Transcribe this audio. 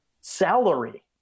salary